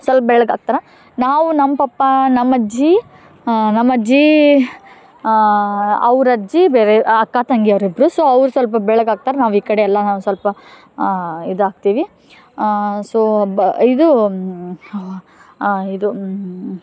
ಸ್ವಲ್ಪ ಬೆಳ್ಳಗೆ ಆಗ್ತಾರೆ ನಾವು ನಮ್ಮ ಪಪ್ಪಾ ನಮ್ಮ ಅಜ್ಜಿ ನಮ್ಮ ಅಜ್ಜಿ ಅವ್ರ ಅಜ್ಜಿ ಬೇರೆ ಅಕ್ಕ ತಂಗಿಯರು ಇಬ್ರೂ ಸೊ ಅವ್ರು ಸ್ವಲ್ಪ ಬೆಳ್ಳಗೆ ಆಗ್ತಾರೆ ನಾವು ಈ ಕಡೆ ಎಲ್ಲ ನಾವು ಸ್ವಲ್ಪ ಇದು ಆಗ್ತೀವಿ ಸೋ ಬ ಇದು ಇದು